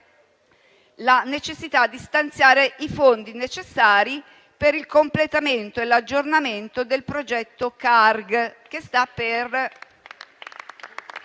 la necessità di stanziare i fondi necessari per il completamento e l'aggiornamento del progetto Carg